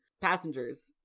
Passengers